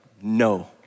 no